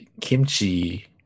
kimchi